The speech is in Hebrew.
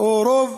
או רוב